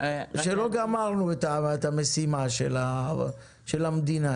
לא גמרנו את המשימה של המדינה,